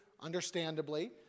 understandably